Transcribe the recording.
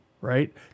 Right